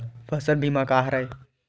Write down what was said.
फसल बीमा का हरय?